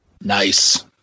Nice